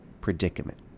predicament